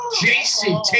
Jason